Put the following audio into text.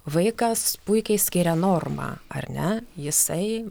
vaikas puikiai skiria normą ar ne jisai